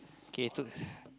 okay